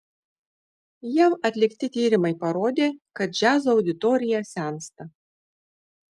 jav atlikti tyrimai parodė kad džiazo auditorija sensta